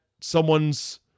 someone's